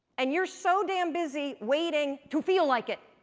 and you're so damn busy waiting to feel like it.